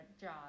job